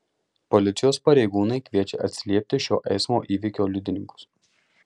policijos pareigūnai kviečia atsiliepti šio eismo įvykio liudininkus